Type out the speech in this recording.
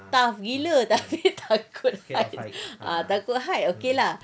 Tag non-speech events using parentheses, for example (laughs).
tough gila tapi (laughs) takut height okay lah